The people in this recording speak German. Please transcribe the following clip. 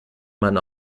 man